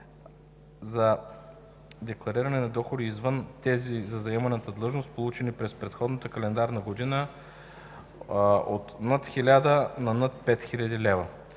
за деклариране на доходи, извън тези за заеманата длъжност, получени през предходната календарна година от 1000 лв. на над 5000 лв.